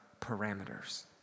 parameters